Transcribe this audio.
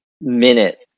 minute